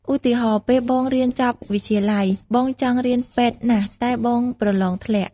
ឧទាហរណ៍ ពេលបងរៀនចប់វិទ្យាល័យ បងចង់រៀនពេទ្យណាស់ តែបងប្រឡងធ្លាក់។